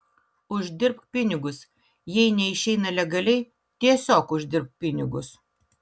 uždirbk pinigus jei neišeina legaliai tiesiog uždirbk pinigus